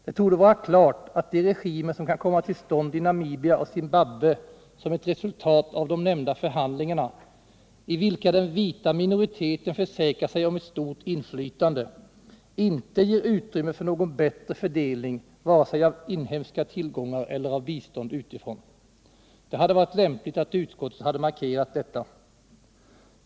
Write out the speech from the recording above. Det torde vara klart att de regimer som kan komma till stånd i Namibia och Zimbabwe som ett resultat av de nämnda förhandlingarna, i vilka den vita minoriteten försäkrar sig om ett stort inflytande, inte ger utrymme för någon bättre fördelning vare sig av inhemska tillgångar eller av bistånd utifrån. Det hade varit lämpligt att utskottet markerat detta.